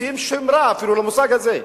מוציאים שם רע אפילו למושג הזה.